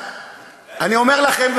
אני אומר לכם,